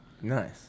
Nice